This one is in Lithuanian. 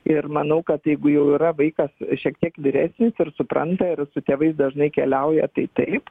ir manau kad jeigu jau yra vaikas šiek tiek vyresnis ir supranta ir su tėvais dažnai keliauja tai taip